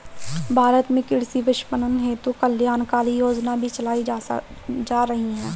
भारत में कृषि विपणन हेतु कल्याणकारी योजनाएं भी चलाई जा रही हैं